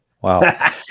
wow